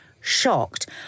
shocked